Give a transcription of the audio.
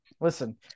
listen